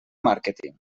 màrqueting